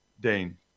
Dane